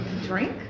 Drink